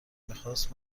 میخواست